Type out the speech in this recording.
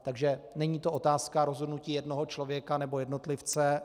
Takže není to otázka rozhodnutí jednoho člověka nebo jednotlivce.